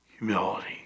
Humility